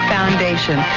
Foundation